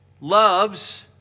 loves